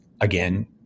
again